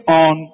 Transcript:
on